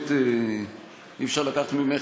באמת אי-אפשר לקחת ממך,